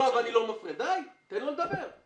תן לו לדבר.